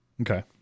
Okay